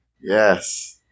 Yes